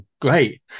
great